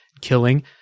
killing